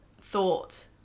thought